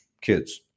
kids